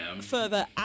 further